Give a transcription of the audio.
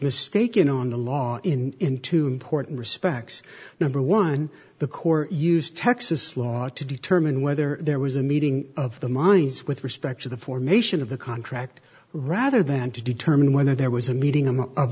mistaken on the law in into important respects number one the court used texas law to determine whether there was a meeting of the minds with respect to the formation of the contract rather than to determine whether there was a meeting